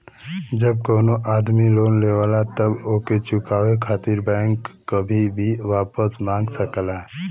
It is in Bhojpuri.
जब कउनो आदमी लोन लेवला तब ओके चुकाये खातिर बैंक कभी भी वापस मांग सकला